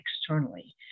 externally